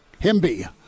Himby